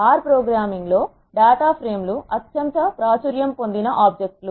R programming లో data frame లు అత్యంత ప్రాచుర్యం పొందిన ఆబ్జెక్ట్ లు